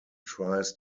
tries